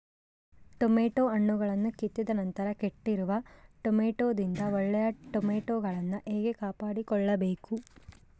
Tomato ಹಣ್ಣುಗಳನ್ನು ಕಿತ್ತಿದ ನಂತರ ಕೆಟ್ಟಿರುವ ಟೊಮೆಟೊದಿಂದ ಒಳ್ಳೆಯ ಟೊಮೆಟೊಗಳನ್ನು ಹೇಗೆ ಕಾಪಾಡಿಕೊಳ್ಳಬೇಕು?